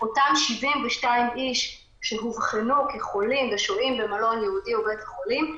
אותם 72 איש שאובחנו כחולים ושוהים במלון ייעודי או בבית-חולים,